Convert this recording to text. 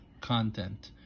content